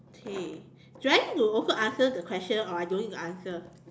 okay do I need to also answer the question or I don't need to answer